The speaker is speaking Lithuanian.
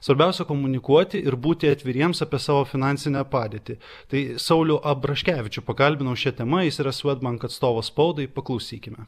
svarbiausia komunikuoti ir būti atviriems apie savo finansinę padėtį tai saulių abraškevičių pakalbinau šia tema jis yra swedbank atstovas spaudai paklausykime